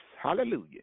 Hallelujah